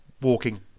walking